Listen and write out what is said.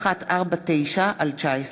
פ/2149/19